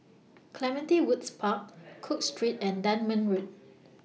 Clementi Woods Park Cook Street and Dunman Road